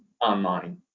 online